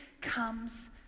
comes